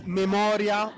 memoria